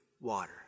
water